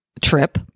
trip